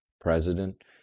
president